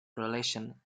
relation